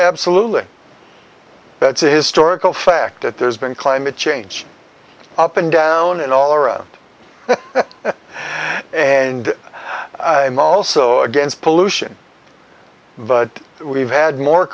absolutely that's a historical fact that there's been climate change up and down and all around and i'm also against pollution but we've had more